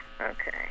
Okay